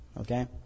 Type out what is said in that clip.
Okay